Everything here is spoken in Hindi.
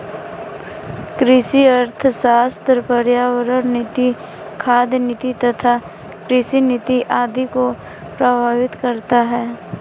कृषि अर्थशास्त्र पर्यावरण नीति, खाद्य नीति तथा कृषि नीति आदि को प्रभावित करता है